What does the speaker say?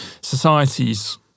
Societies